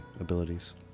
abilities